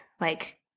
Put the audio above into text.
like-